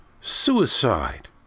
suicide